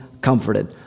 comforted